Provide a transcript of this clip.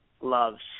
loves